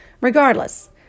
Regardless